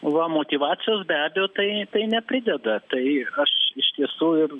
va motyvacijos be abejo tai tai neprideda tai aš iš tiesų ir